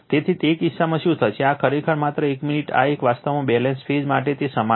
તેથી તે કિસ્સામાં શું થશે આ ખરેખર માત્ર એક મિનિટ આ એક વાસ્તવમાં બેલેન્સ ફેઝ માટે તે સમાન છે